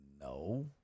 no